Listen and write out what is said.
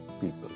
people